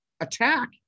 attack